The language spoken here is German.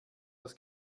das